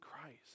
Christ